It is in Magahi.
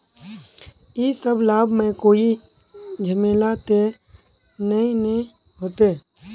इ सब लाभ में कोई झमेला ते नय ने होते?